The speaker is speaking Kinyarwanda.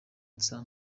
nsa